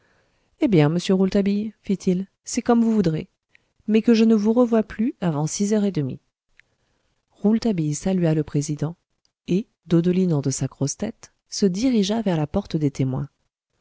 eh bien monsieur rouletabille fit-il c'est comme vous voudrez mais que je ne vous revoie plus avant six heures et demie rouletabille salua le président et dodelinant de sa grosse tête se dirigea vers la petite porte des témoins